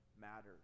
matters